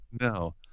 No